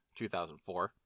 2004